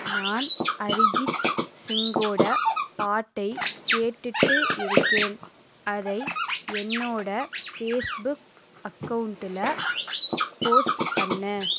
நான் அரிஜித் சிங்கோட பாட்டை கேட்டுகிட்டு இருக்கேன் அதை என்னோட ஃபேஸ்புக் அக்கவுண்ட்டில் போஸ்ட் பண்ணு